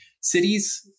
cities